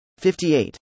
58